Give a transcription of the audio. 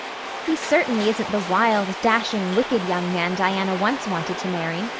he certainly isn't the wild, dashing, wicked, young man diana once wanted to marry,